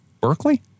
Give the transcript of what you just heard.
Berkeley